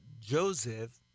Joseph